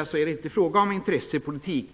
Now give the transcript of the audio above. är det inte fråga om intressepolitik.